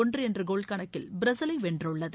ஒன்று என்ற கோல் கணக்கில் பிரேசிலை வென்றுள்ளது